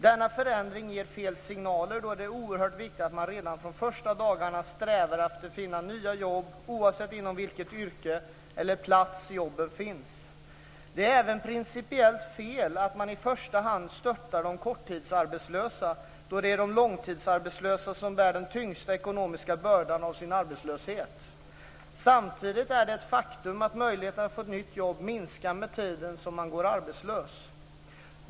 Denna förändring ger fel signaler, då det är oerhört viktigt att man redan från första dagen strävar efter att finna nya jobb oavsett inom vilket yrke eller på vilken plats jobben finns. Det är även principiellt fel att man i första hand stöttar de korttidsarbetslösa, då det är de långtidsarbetslösa som bär den tyngsta ekonomiska bördan av sin arbetslöshet. Samtidigt är det ett faktum att möjligheterna att få ett nytt jobb minskar med tiden som man går arbetslös.